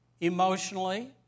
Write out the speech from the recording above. emotionally